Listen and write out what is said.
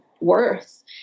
worth